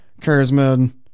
Kersman